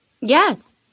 Yes